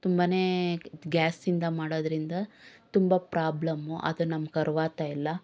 ತುಂಬನೇ ಗ್ಯಾಸಿಂದ ಮಾಡೋದ್ರಿಂದ ತುಂಬ ಪ್ರಾಬ್ಲಮ್ಮು ಅದು ನಮ್ಗೆ ಅರಿವಾತಾಯಿಲ್ಲ